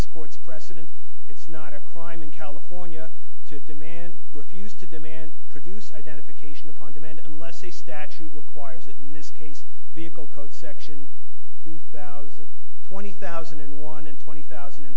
court's precedent it's not a crime in california to demand refused to demand produce identification upon demand unless a statute requires that in this case vehicle code section two thousand twenty thousand and one and twenty thousand and